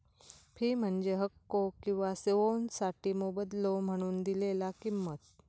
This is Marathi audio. फी म्हणजे हक्को किंवा सेवोंसाठी मोबदलो म्हणून दिलेला किंमत